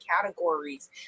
categories